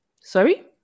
Sorry